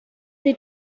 they